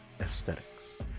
Aesthetics